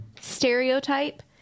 stereotype